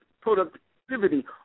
productivity